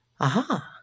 Aha